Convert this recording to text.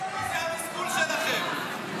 זה התסכול שלכם.